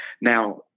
Now